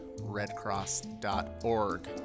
redcross.org